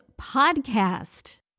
podcast